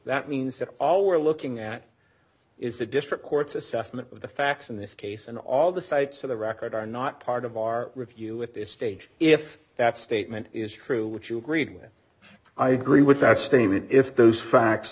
that means that all we're looking at is the district court's assessment of the facts in this case and all the sites of the record are not part of our review at this d stage if that statement is true which you agreed with i agree with that statement if those facts